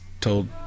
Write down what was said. told